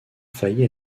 faillit